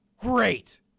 great